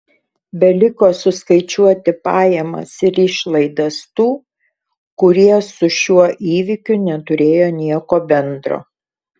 beliko suskaičiuoti pajamas ir išlaidas tų kurie su šiuo įvykiu neturėjo nieko bendro